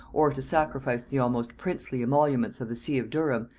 or to sacrifice the almost princely emoluments of the see of durham,